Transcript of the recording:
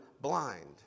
blind